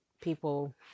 people